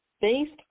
based